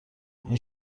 این